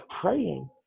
praying